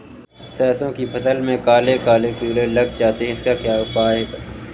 सरसो की फसल में काले काले कीड़े लग जाते इसका उपाय बताएं?